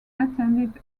attended